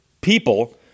people